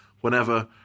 whenever